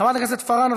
חברת הכנסת פארן,